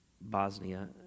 Bosnia